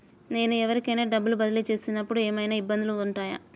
నేను ఎవరికైనా డబ్బులు బదిలీ చేస్తునపుడు ఏమయినా ఇబ్బందులు వుంటాయా?